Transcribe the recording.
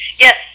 yes